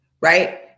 right